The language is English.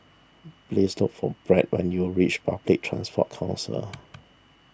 please look for Byrd when you reach Public Transport Council